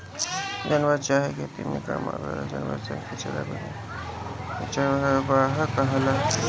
पालतू जानवर चाहे खेती में काम आवे वाला जानवर सन के चरावे के काम करे वाला लोग चरवाह कहाला